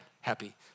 happy